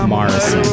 Morrison